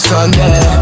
Sunday